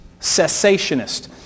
cessationist